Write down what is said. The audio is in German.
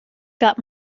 gab